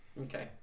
Okay